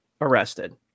arrested